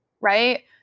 right